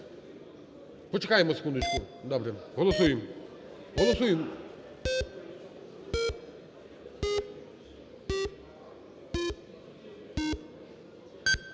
Почекаємо секундочку. Добре, голосуємо, голосуємо.